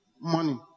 money